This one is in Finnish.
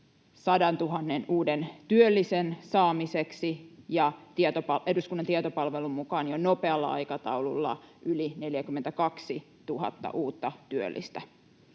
100 000 uuden työllisen saamiseksi ja eduskunnan tietopalvelun mukaan jo nopealla aikataululla yli 42 000 uutta työllistä.